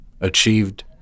achieved